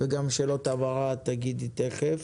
וגם שאלות הבהרה תגידי תיכף.